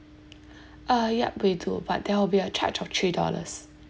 uh yup we do but there will be a charge of three dollars